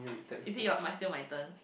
is it your my still my turn